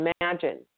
imagine